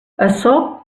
açò